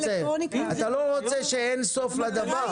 אתה לא רוצה שלא יהיה סוף לדבר.